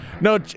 no